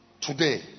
today